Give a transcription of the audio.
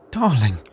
Darling